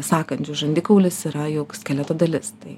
sakandžiu žandikaulis yra juk skeleto dalis tai